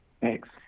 Thanks